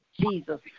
Jesus